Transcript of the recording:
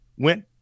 Went